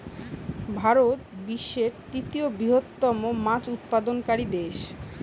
ভারত বিশ্বের তৃতীয় বৃহত্তম মাছ উৎপাদনকারী দেশ